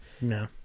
No